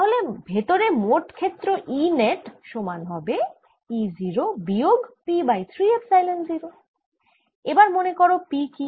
তাহলে ভেতরে মোট ক্ষেত্র E নেট সমান হবে E0 বিয়োগ P বাই 3 এপসাইলন 0 এবার মনে করো P কি